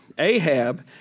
Ahab